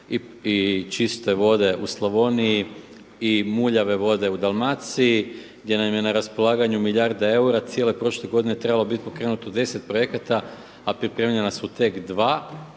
i čiste vode u Slavoniji i muljave vode u Dalmaciji gdje nam je na raspolaganju milijarda eura, cijele prošle godine trebalo biti pokrenuto 10 projekata, a pripremljena su tek dva.